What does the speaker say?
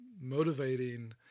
motivating